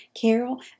carol